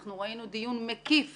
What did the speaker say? אנחנו ראינו דיון מקיף